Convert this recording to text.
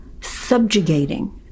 subjugating